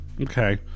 Okay